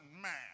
man